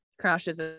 crashes